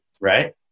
right